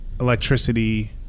electricity